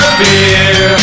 beer